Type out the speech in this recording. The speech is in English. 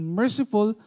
merciful